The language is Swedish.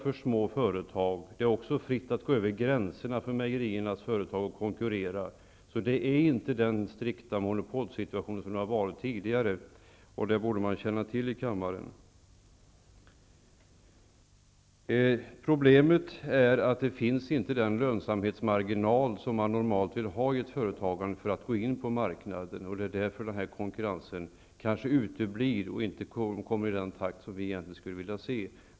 Det är också fritt fram för mejeriföretagen att gå över gränserna och konkurrera. Den strikta monopolsituation som har rått tidigare finns inte längre. Det borde man känna till i kammaren. Problemet är att den lönsamhetsmarginal som man normalt vill ha i ett företagande för att gå in på marknaden inte finns. Det är därför konkurrensen kanske uteblir eller i varje fall inte kommer till stånd i den takt som vi egentligen skulle vilja se.